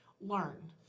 learn